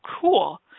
cool